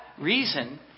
reason